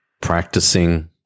Practicing